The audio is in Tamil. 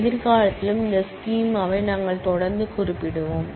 எதிர்காலத்திலும் இந்த ஸ்கீமாவை நாங்கள் தொடர்ந்து குறிப்பிடுவோம்